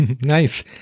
Nice